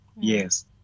yes